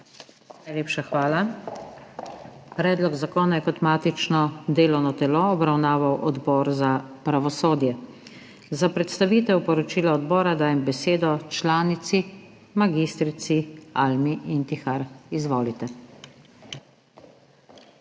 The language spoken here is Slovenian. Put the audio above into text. Najlepša hvala. Predlog zakona je kot matično delovno telo obravnaval Odbor za pravosodje. Za predstavitev poročila odbora dajem besedo članici mag. Almi Intihar. Izvolite.